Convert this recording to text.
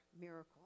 miracle